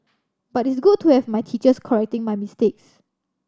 but it's good to have my teachers correcting my mistakes